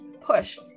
push